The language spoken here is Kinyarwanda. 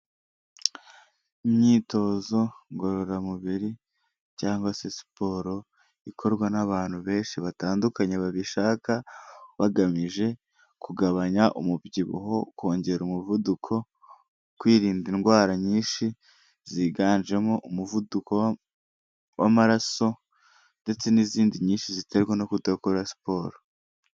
Imyitozo ngororamubiri cyangwa se siporo ikorwa n'abantu benshi batandukanye babishaka, bagamije kugabanya umubyibuho, kongera umuvuduko, kwirinda indwara nyinshi ziganjemo umuvuduko w'amaraso ndetse n'izindi nyinshi ziterwa no kudakora siporo.